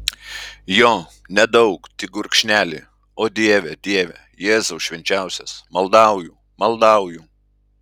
jo nedaug tik gurkšnelį o dieve dieve jėzau švenčiausias maldauju maldauju